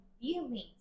feelings